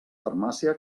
farmàcia